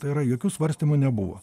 tai yra jokių svarstymų nebuvo